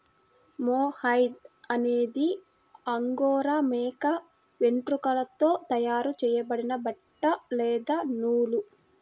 mohair అనేది angora మేక వెంట్రుకలతో తయారు చేయబడిన బట్ట లేదా నూలు